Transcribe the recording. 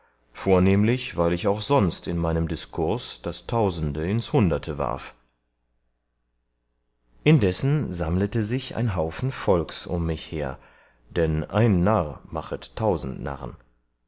vornehmlich weil ich auch sonst in meinem diskurs das tausende ins hunderte warf indessen sammlete sich ein haufen volks um mich her dann ein narr machet tausend narren